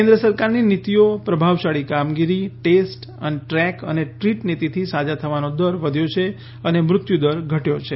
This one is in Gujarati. કેન્દ્ર સરકારની નીતિઓ પ્રભાવશાળી કામગીરી અને ટેસ્ટ ટ્રેક અને ટ્રીટ નીતિથી સાજા થવાનો દર વધ્યો છે અને મૃત્યુ દર ઘટ્યો છે